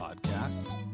podcast